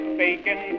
bacon